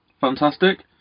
Fantastic